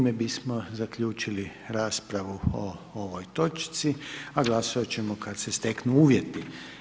Time bismo zaključili raspravu o ovoj točci, a glasovat ćemo kad se steknu uvjeti.